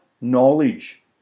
knowledge